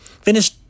finish